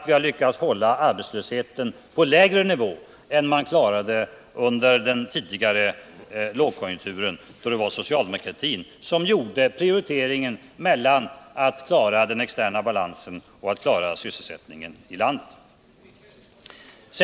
Vi har lyckats hålla arbetslösheten på lägre nivå än man klarade under den tidigare lågkonjunkturen, då det var socialdemokratin som gjorde prioriteringarna mellan att klara den externa balansen och att klara sysselsättningen i landet.